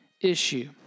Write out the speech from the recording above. issue